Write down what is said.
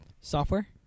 Software